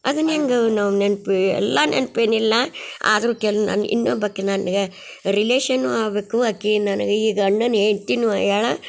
ಅದನ್ನ ಹೆಂಗೆ ನಾವು ನೆನ್ಪು ಎಲ್ಲ ನೆನಪೇನಿಲ್ಲ ಆದರು ಕೆಲವು ನಂಗೆ ಇನ್ನೊಬ್ಬಾಕಿ ನನ್ಗೆ ರಿಲೇಷನ್ನು ಆಗಬೇಕು ಆಕಿ ನನಗೆ ಈಗ ಅಣ್ಣನ ಹೆಂಡ್ತಿನು ಆಗ್ಯಾಳ